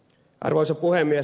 arvoisa puhemies